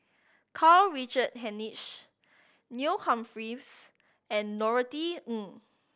Karl Richard Hanitsch Neil Humphreys and Norothy Ng